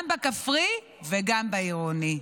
גם בכפרי וגם בעירוני.